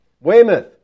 Weymouth